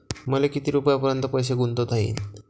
मले किती रुपयापर्यंत पैसा गुंतवता येईन?